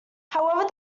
however